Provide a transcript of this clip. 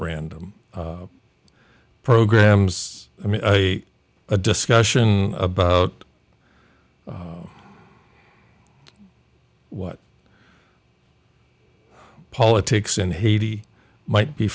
random programs i mean a a discussion about what politics in haiti might be